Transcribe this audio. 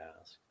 ask